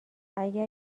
اگر